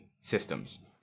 systems